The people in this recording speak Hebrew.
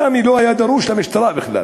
סאמי לא היה דרוש למשטרה בכלל